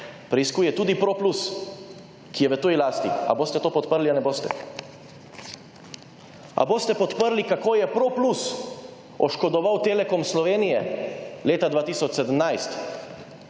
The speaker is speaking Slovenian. preiskuje tudi ProPlus, ki je v tuji lasti. Ali boste to podprli ali ne boste? Ali boste podprli kako je ProPlus oškodoval Telekom Slovenije leta 2017,